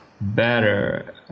better